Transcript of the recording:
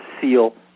seal